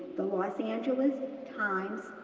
the los angeles times,